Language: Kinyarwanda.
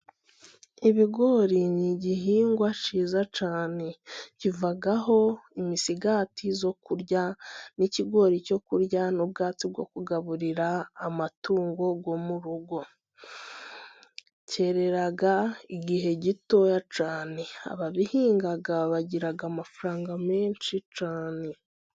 Ibigori ni igihingwa cyiza cyane. Kivaho imisigati yo kurya, ikigori cyo kurya n'ubwatsi bwo kugaburira amatungo yo mu rugo. Cyerera igihe gito cyane. Ababihinga bagira amafaranga menshi cyane.